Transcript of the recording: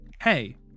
hey